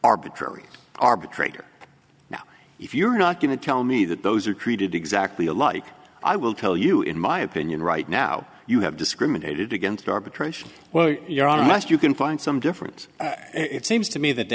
arbitrary arbitrator now if you're not going to tell me that those are treated exactly alike i will tell you in my opinion right now you have discriminated against arbitration well you're on unless you can find some different it seems to me that the